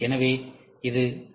எனவே இது ஆர்